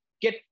get